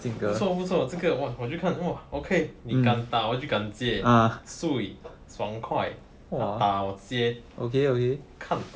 不错不错这个 !wah! 我去看 okay 你敢打我就敢接 swee 爽快 !wah! 好我接 okay 看